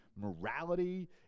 morality